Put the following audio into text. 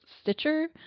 Stitcher